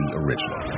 original